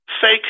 fake